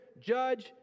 judge